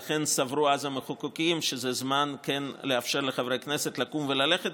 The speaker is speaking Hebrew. לכן סברו אז המחוקקים שזה זמן לאפשר לחברי כנסת לקום וללכת,